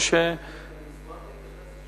אני אשמח להתייחס.